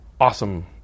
awesome